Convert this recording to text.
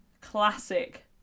classic